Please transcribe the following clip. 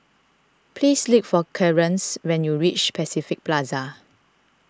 please look for Clearence when you reach Pacific Plaza